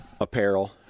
apparel